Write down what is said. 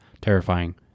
terrifying –